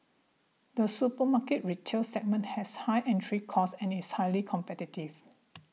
the supermarket retail segment has high entry costs and is highly competitive